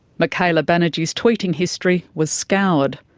michaela banerji's tweeting history was scoured.